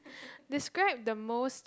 describe the most